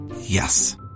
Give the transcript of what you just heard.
Yes